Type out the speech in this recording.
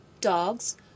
dogs